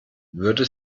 würde